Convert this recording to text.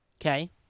Okay